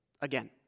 again